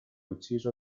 ucciso